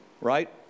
right